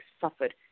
suffered